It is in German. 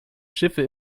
schiffe